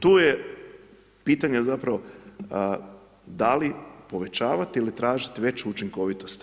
Tu je pitanje zapravo da li povećavati ili tražiti veću učinkovitost.